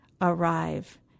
arrive